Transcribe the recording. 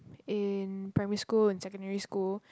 in primary school and secondary school